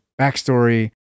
backstory